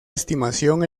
estimación